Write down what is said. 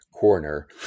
corner